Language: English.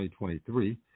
2023